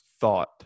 thought